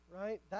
right